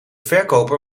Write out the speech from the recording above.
verkoper